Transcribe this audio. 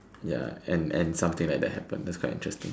ya and and something like that happen that's quite interesting